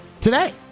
Today